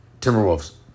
Timberwolves